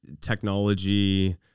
technology